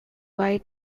wild